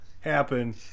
happen